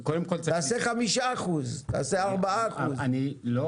תעשה 4-5%. קודם כל,